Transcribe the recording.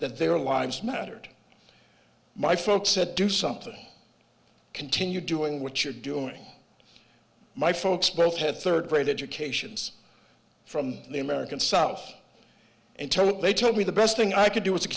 that their lives mattered my folks said do something continue doing what you're doing my folks both had third grade educations from the american south and to what they told me the best thing i could do was to